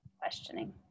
questioning